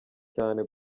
cyane